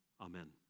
Amen